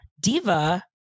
Diva